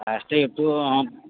first ଏଇଠୁ